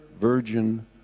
virgin